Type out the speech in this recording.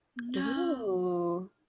No